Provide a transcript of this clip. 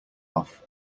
off